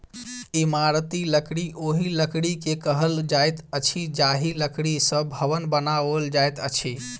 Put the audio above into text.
इमारती लकड़ी ओहि लकड़ी के कहल जाइत अछि जाहि लकड़ी सॅ भवन बनाओल जाइत अछि